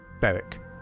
Beric